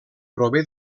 prové